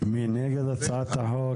מי נגד הצעת החוק?